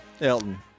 Elton